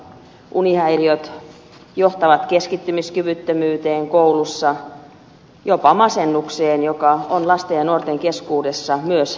unihäiriöt johtavat keskittymiskyvyttömyyteen koulussa jopa masennukseen joka on lasten ja nuorten keskuudessa myös lisääntynyt